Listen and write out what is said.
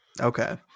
Okay